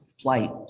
flight